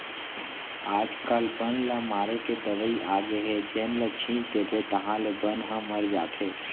आजकाल बन ल मारे के दवई आगे हे जेन ल छिंच देबे ताहाँले बन ह मर जाथे